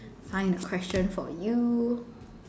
find a question for you